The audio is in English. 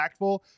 impactful